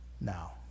now